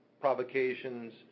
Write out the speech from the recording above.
provocations